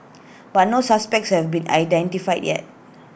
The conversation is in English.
but no suspects have been identified yet